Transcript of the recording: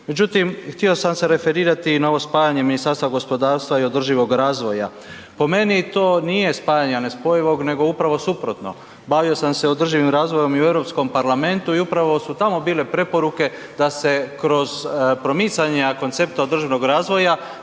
Međutim, htio sam se referirati na ovo spajanje Ministarstva gospodarstva i održivoga razvoja. Po meni to nije spajanje nespojivog, nego upravo suprotno. Bavio sam se održivim razvojem i u EU parlamentu i upravo su tamo bile preporuke da se kroz promicanje jednog koncepta održivog razvoja